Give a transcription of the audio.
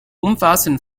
umfassen